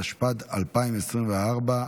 התשפ"ד 2024,